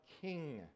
king